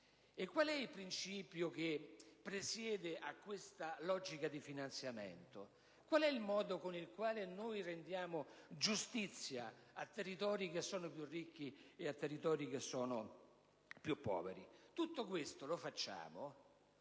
Qual è il principio che presiede a questa logica di finanziamento? Qual è il modo con il quale rendiamo giustizia ai territori che sono più ricchi e a quelli che sono più poveri? Tutto questo lo facciamo